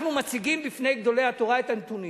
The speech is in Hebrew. אנחנו מציגים בפני גדולי התורה את הנתונים.